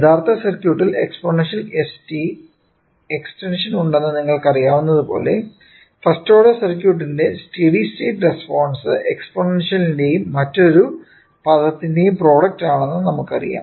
യഥാർത്ഥ സർക്യൂട്ടിൽ exponential st extension ഉണ്ടെന്ന് നിങ്ങൾക്കറിയാവുന്നതുപോലെ ഫസ്റ്റ് ഓർഡർ സർക്യൂട്ടിന്റെ സ്റ്റഡി സ്റ്റേറ്റ് റെസ്പോൺസ് എക്സ്പോണൻഷ്യലിന്റെയും മറ്റൊരു പദത്തിന്റെയും പ്രോഡക്റ്റ് ആണെന്ന് നമുക്കറിയാം